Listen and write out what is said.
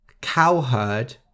Cowherd